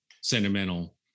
sentimental